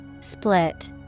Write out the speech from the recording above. Split